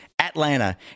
Atlanta